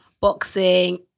boxing